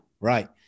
right